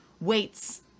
weights